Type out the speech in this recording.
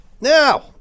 Now